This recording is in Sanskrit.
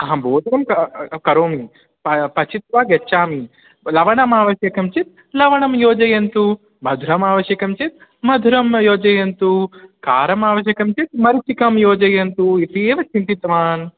अहं भोजनं करोमि प पचित्वा गच्छामि लवणम् आवश्यकं चेत् लवणं योजयन्तु मधुरम् आवश्यकं चेत् मधुरं योजयन्तु कारम् आवश्यकं चेत् मरीचिकां योजयन्तु इति एव चिन्तितवान्